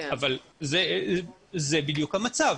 אבל זה בדיוק המצב.